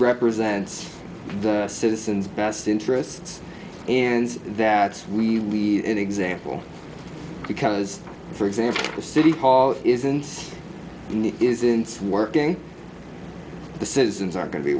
represent the citizens best interests and that we in example because for example the city hall isn't isn't working the citizens are going to be